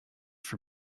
for